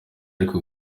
ariko